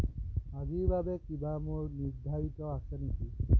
আজিৰ বাবে কিবা মোৰ নিৰ্ধাৰিত আছে নেকি